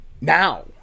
Now